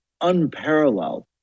unparalleled